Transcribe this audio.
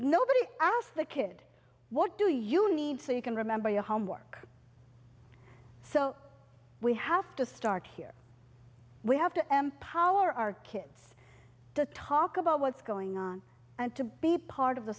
asked the kid what do you need so you can remember your homework so we have to start here we have to m power our kids to talk about what's going on and to be part of the